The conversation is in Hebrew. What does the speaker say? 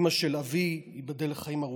אימא של אבי, ייבדל לחיים ארוכים,